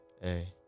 Hey